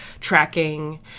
tracking